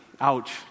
Ouch